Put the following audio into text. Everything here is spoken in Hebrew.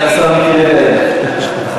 סגן השר מיקי לוי,